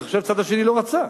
אני חושב שהצד השני לא רצה.